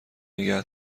نگه